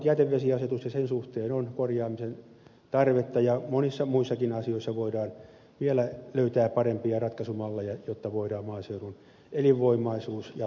sen suhteen on korjaamisen tarvetta ja monissa muissakin asioissa voidaan vielä löytää parempia ratkaisumalleja jotta voidaan maaseudun elinvoimaisuus jatkossa turvata